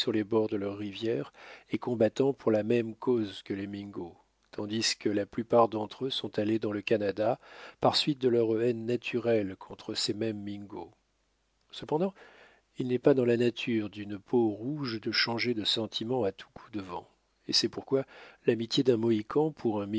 les bords de leur rivière et combattant pour la même cause que les mingos tandis que la plupart d'entre eux sont allés dans le canada par suite de leur haine naturelles contre ces mêmes mingos cependant il n'est pas dans la nature d'une peau-rouge de changer de sentiments à tout coup de vent et c'est pourquoi l'amitié d'un mohican pour un